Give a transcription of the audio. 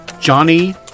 Johnny